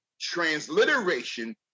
transliteration